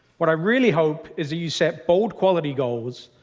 what i really hope is that you set bold quality goals,